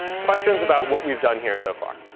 questions about what we've done here so far?